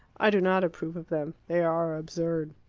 i do not approve of them. they are absurd.